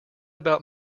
about